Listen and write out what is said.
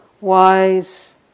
wise